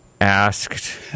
asked